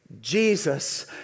Jesus